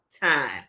time